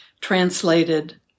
translated